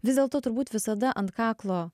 vis dėlto turbūt visada ant kaklo